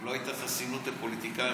אם לא הייתה חסינות לפוליטיקאים,